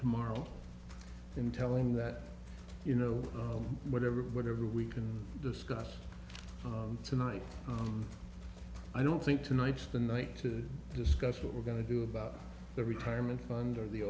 tomorrow in telling him that you know whatever whatever we can discuss tonight i don't think tonight's the night to discuss what we're going to do about the retirement fund or the